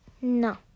no